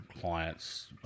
clients